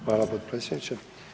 Hvala potpredsjedniče.